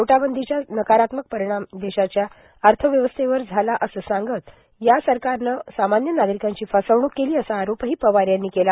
नोटबंदीच्या नकारात्मक परिणाम देषाच्या अर्थव्यवस्थेवर झाला असं सांगत या सरकारनं सामान्य नागरिकांची फसवणुक केली असा आरोपही पवार यांनी केला